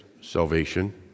salvation